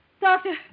Doctor